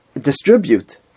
distribute